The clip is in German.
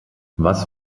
was